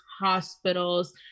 hospitals